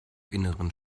inneren